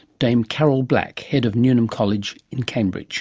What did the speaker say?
dame carol black, head of newnham college in cambridge